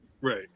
Right